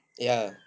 ya